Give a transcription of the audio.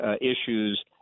issues